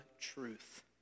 truth